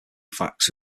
facts